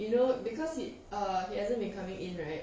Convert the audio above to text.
you know because he err hasn't been coming in right